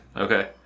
Okay